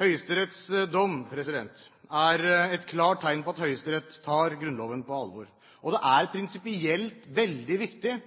Høyesterettsdommen er et klart tegn på at Høyesterett tar Grunnloven på alvor, og det er prinsipielt veldig viktig